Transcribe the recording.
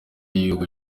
ibihugu